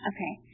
Okay